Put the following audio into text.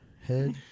Head